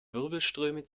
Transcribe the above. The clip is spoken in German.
wirbelströme